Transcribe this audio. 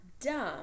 Dumb